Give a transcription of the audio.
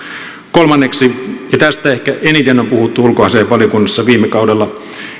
kolmanneksi ja tästä ehkä eniten on puhuttu ulkoasiainvaliokunnassa viime kaudella